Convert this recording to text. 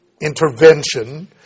intervention